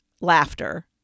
laughter